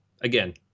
again